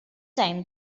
time